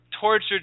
tortured